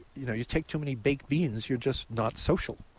you know, you take too many baked beans, you're just not social,